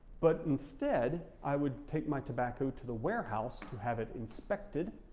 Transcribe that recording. but instead, i would take my tobacco to the warehouse to have it inspected,